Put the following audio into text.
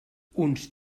uns